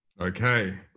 Okay